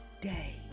day